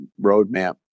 roadmap